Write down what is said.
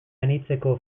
anitzeko